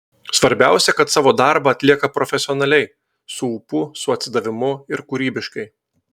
svarbiausia kad savo darbą atlieka profesionaliai su ūpu su atsidavimu ir kūrybiškai